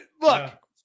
Look